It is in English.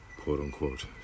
quote-unquote